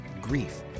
grief